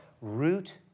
Root